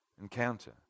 encounter